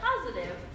positive